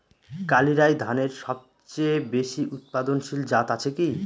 কালিরাই ধানের সবচেয়ে বেশি উৎপাদনশীল জাত আছে কি?